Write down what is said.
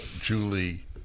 Julie